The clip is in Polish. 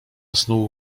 snuł